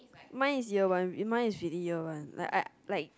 mine is year one mine is really year one like I like